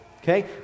Okay